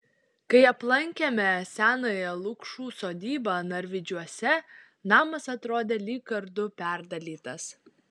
kai aplankėme senąją lukšų sodybą narvydžiuose namas atrodė lyg kardu perdalytas